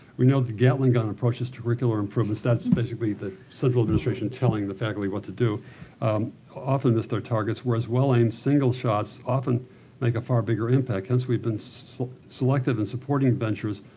we know that gatling gun approaches to curricular improvements that's basically that central administration telling the faculty what to do often miss their targets. whereas well-aimed single shots often make a far bigger impact. hence, we've been so selective in supporting ventures,